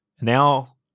Now